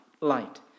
light